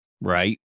Right